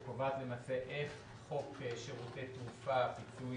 שקובעת למעשה איך חוק שירותי תעופה (פיצוי